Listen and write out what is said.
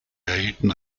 erhielten